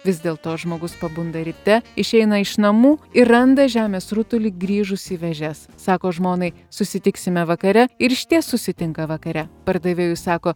vis dėlto žmogus pabunda ryte išeina iš namų ir randa žemės rutulį grįžusį į vėžes sako žmonai susitiksime vakare ir išties susitinka vakare pardavėjui sako